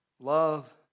Love